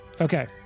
Okay